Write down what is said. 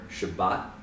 Shabbat